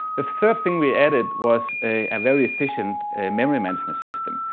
the third thing we added was a very efficient memory management system.